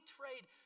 trade